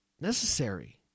necessary